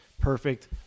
perfect